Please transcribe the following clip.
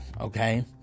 okay